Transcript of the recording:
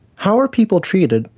how are people treated,